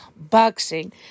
Boxing